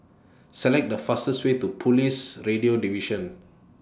Select The fastest Way to Police Radio Division